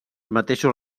mateixos